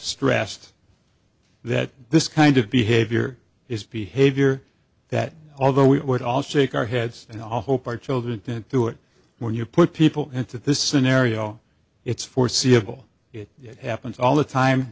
stressed that this kind of behavior is behavior that although we would all shake our heads and i hope our children didn't do it when you put people into this scenario it's foreseeable it happens all the time